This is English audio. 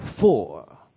four